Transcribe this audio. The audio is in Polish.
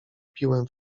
piłem